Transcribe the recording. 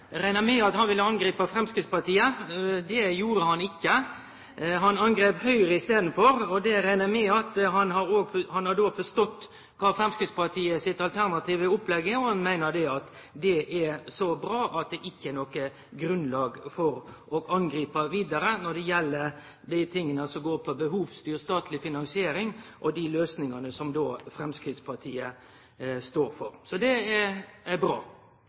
reknar med at han då har forstått kva Framstegspartiet sitt alternative opplegg går på, og at han meiner at det er så bra at det ikkje er noko grunnlag for å angripe vidare det som går på behovsstyrt statleg finansiering og dei løysingane som Framstegspartiet står for. Det er bra. Men så er